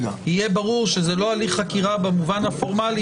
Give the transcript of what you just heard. יהיה ברור שזה לא הליך חקירה במובן הפורמלי,